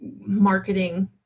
marketing